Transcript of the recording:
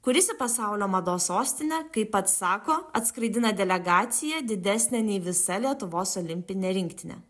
kuris į pasaulio mados sostinę kaip pats sako atskraidina delegaciją didesnę nei visa lietuvos olimpinė rinktinė